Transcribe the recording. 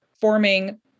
forming